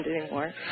anymore